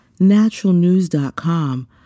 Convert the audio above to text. naturalnews.com